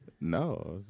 No